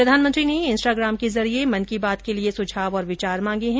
प्रधानमंत्री ने इंस्टाग्राम के जरिये मन की बात के लिए सुझाव और विचार मांगे हैं